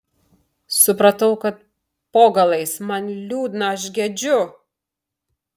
supratau kad po galais man liūdna aš gedžiu